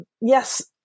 Yes